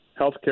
healthcare